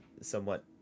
somewhat